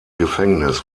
gefängnis